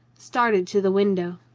started to the window.